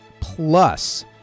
Plus